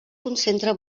concentra